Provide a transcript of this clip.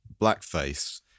blackface